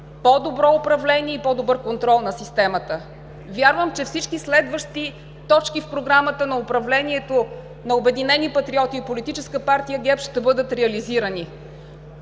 по-добро управление и по-добър контрол на системата. Вярвам, че всички следващи точки в програмата на управлението на „Обединени патриоти“ и Политическа партия ГЕРБ ще бъдат реализирани.